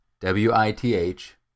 W-I-T-H